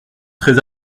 très